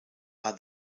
are